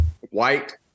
White